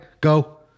go